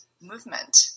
movement